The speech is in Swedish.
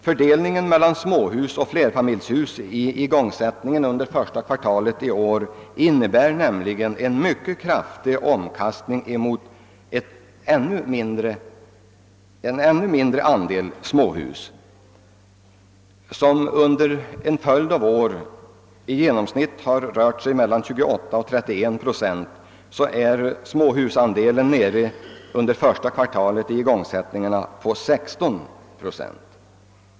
Fördel ningen av småhus och flerfamiljshus vad beträffar igångsättningen under denna tid innebär nämligen en mycket kraftig omkastning mot en ännu mindre andel igångsatta småhusbyggen. Denna andel har under en lång följd av år i genomsnitt rört sig mellan 28 och 31 procent men är under första kvartalei i år nere i 16 procent av igångsättningarna.